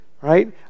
right